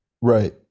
Right